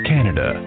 Canada